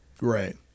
Right